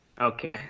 Okay